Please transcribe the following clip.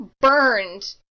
burned